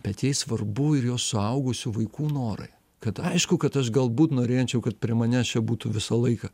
bet jai svarbu ir jos suaugusių vaikų norai kad aišku kad aš galbūt norėčiau kad prie manęs čia būtų visą laiką